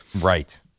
right